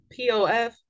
POF